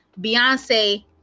Beyonce